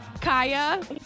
Kaya